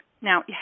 Now